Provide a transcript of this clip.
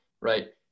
right